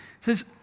says